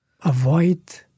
avoid